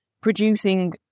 producing